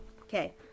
Okay